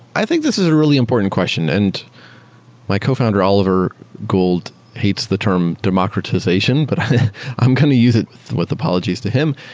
i think this is a really important question. and my co-founder, oliver gould, hates the term democratization, but i'm going to use it with apologies to him.